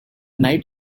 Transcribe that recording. night